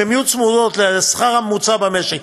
אם הן יהיו צמודות לשכר הממוצע במשק,